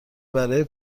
برای